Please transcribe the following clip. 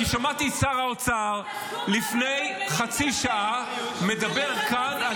כי שמעתי את שר האוצר לפני חצי שעה מדבר כאן על